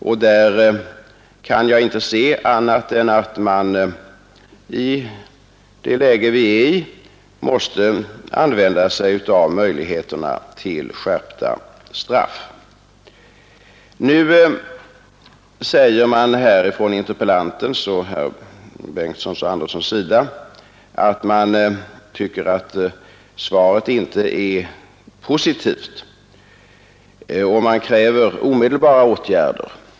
Jag kan inte se annat än att vi i nuvarande läge måste använda oss av möjligheterna till skärpta straff i sådana fall. Interpellanten och herrar Bengtsson i Göteborg och Andersson i Örebro säger att svaret inte är positivt, och de kräver omedelbara åtgärder.